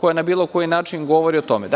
koja na bilo koji način govori o tome.